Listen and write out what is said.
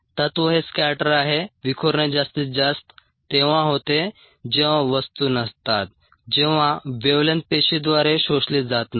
तत्त्व हे स्कॅटर आहे विखुरणे जास्तीत जास्त तेव्हा होते जेव्हा वस्तू नसतात जेव्हा वेव्हलेंग्थ पेशीद्वारे शोषली जात नाही